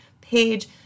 page